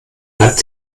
hat